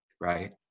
right